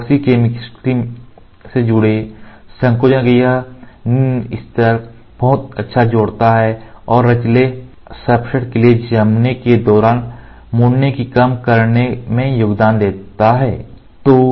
epoxy chemistry से जुड़े संकोचन का यह निम्न स्तर बहुत अच्छा जोड़ता है और लचीले सब्सट्रेट के लिए जमने के दौरान मुड़ने को कम करने में योगदान देता है